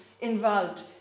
involved